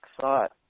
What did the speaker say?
thought